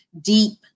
deep